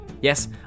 Yes